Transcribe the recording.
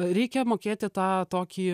reikia mokėti tą tokį